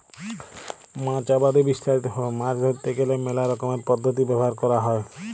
মাছ আবাদে বিস্তারিত ভাবে মাছ ধরতে গ্যালে মেলা রকমের পদ্ধতি ব্যবহার ক্যরা হ্যয়